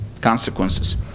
consequences